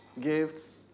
Gifts